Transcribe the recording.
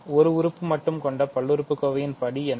ஒரு உறுப்பு மட்டும் கொண்ட பல்லுறுப்புக்கோவை படி என்ன